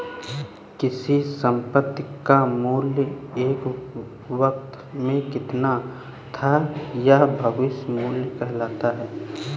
किसी संपत्ति का मूल्य एक वक़्त में कितना था यह भविष्य मूल्य कहलाता है